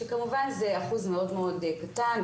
שכמובן זה אחוז מאוד מאוד קטן,